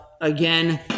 again